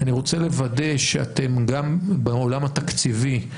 אני רוצה לוודא שאתם גם בעולם התקציבי,